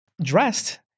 dressed